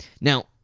Now